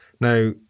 Now